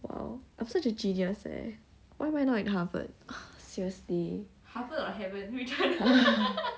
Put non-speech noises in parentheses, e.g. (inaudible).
!wow! I'm such a genius leh why am I not in harvard ah seriously (laughs)